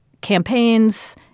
campaigns